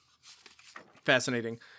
Fascinating